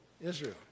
Israel